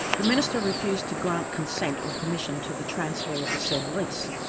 the minister refused to grant consent or permission to the transfer of the said lease.